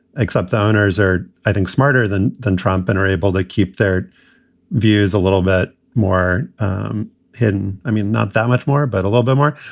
except the owners are, i think, smarter than than trump and are able to keep their views a little bit more hidden. i mean, not that much more, but a little bit more.